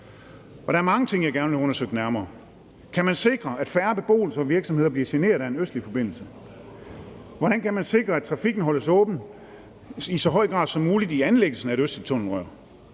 Der er mange ting, jeg gerne vil have undersøgt nærmere. Kan man sikre, at færre beboelser og virksomheder bliver generet af en østlig forbindelse? Hvordan kan man sikre, at trafikken holdes åben i så høj grad som muligt i anlæggelsen af et østligt tunnelrør?